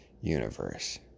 universe